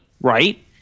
Right